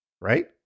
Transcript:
Right